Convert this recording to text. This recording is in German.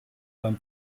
beim